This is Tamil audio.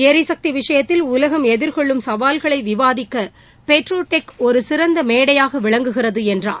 ளிசக்திவிஷயத்தில் எதிர்கொள்ளும் சவால்களைவிவாதிக்கபெட்ரோடெக் உலகம் ஒரு சிறந்தமேடையாகவிளங்குகிறதுஎன்றார்